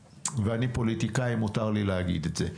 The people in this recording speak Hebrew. ואני פוליטיקאי, מותר לי להגיד את זה.